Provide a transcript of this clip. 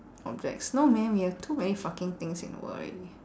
objects no man we have too many fucking things in the world already